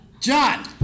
John